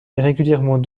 régulièrement